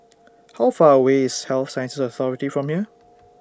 How Far away IS Health Sciences Authority from here